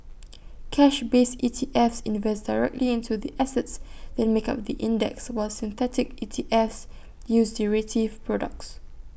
cash based E T Fs invest directly into the assets that make up the index while synthetic E T Fs use derivative products